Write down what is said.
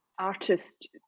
artist